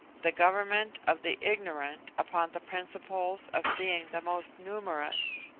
the government of the ignorant upon the principle of being the most numerous.